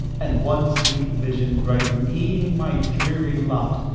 and one sweet vision brighten e'en my dreary lot.